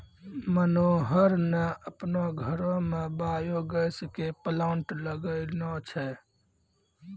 मनोहर न आपनो घरो मॅ बायो गैस के प्लांट लगैनॅ छै